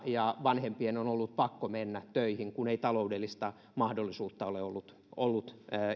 ja vanhempien on ollut pakko mennä töihin kun ei taloudellista mahdollisuutta ole ollut ollut